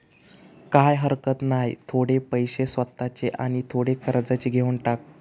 काय हरकत नाय, थोडे पैशे स्वतःचे आणि थोडे कर्जाचे घेवन टाक